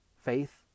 faith